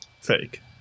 fake